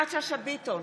יפעת שאשא ביטון,